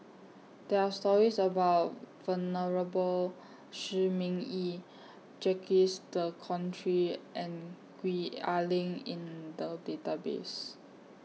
There Are stories about Venerable Shi Ming Yi Jacques De Coutre and Gwee Ah Leng in The Database